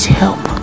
help